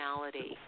personality